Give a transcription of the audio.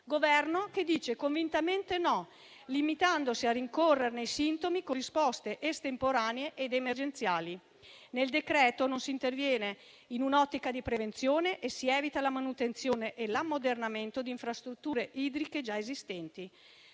Governo dice convintamente no, limitandosi a rincorrerne i sintomi con risposte estemporanee ed emergenziali. Nel decreto-legge in esame non si interviene in un'ottica di prevenzione e si evita la manutenzione e l'ammodernamento di infrastrutture idriche già esistenti.